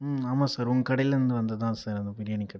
ஆமாம் சார் உங்க கடையிலர்ந்து வந்ததுதான் சார் அந்த பிரியாணி கடை